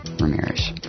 ramirez